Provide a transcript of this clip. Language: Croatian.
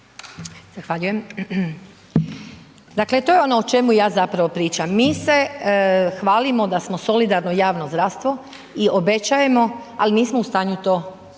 (Nezavisni)** Dakle, to je ono o čemu ja zapravo pričam. Mi se hvalimo da smo solidarno javno zdravstvo i obećajemo, ali nismo u stanju